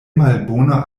malbona